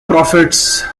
profits